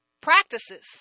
practices